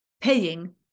paying